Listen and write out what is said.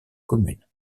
commune